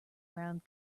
round